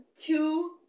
two